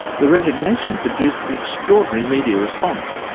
the resignation produced an extraordinary media response,